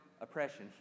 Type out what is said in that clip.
oppression